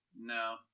No